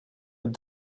het